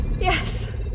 Yes